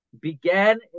began